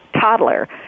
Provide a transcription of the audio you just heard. toddler